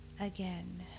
Again